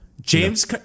James